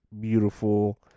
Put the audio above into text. beautiful